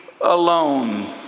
alone